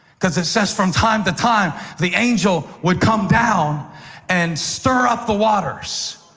because it says from time to time the angel would come down and stir up the waters.